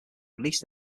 released